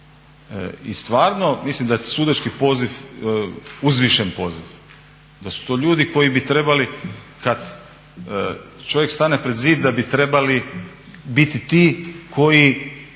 i stvarno mislim da je sudački poziv uzvišen poziv, da su to ljudi koji bi trebali kad čovjek stane pred zid da bi trebali biti ti koji